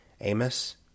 Amos